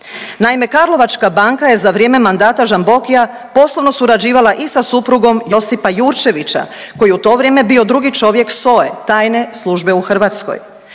Naime, Karlovačka banka je za vrijeme mandata Žambokija poslovno surađivala i sa suprugom Josipa Jurčevića koji je u to vrijeme bio drugi čovjek SOA-e, tajne službe u Hrvatskoj.